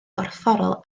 gorfforol